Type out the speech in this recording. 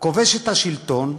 כובש את השלטון,